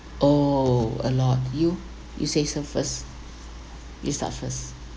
oh a lot you you say the first you start first